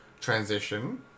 transition